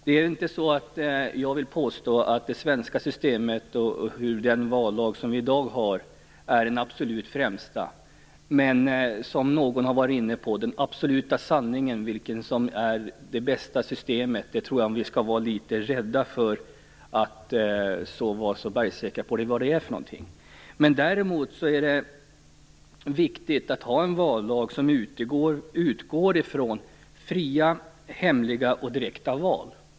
Jag vill inte påstå att det svenska systemet med den vallag som vi i dag har är det absolut främsta, men som någon har varit inne på tror jag att vi skall vara litet rädda för att vara bergsäkra på vilken som är den absoluta sanningen om vilket som är det bästa systemet. Däremot är det viktigt att ha en vallag som utgår ifrån fria, hemliga och direkta val.